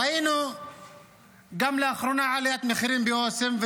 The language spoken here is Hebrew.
ראינו לאחרונה עליית מחירים גם באוסם,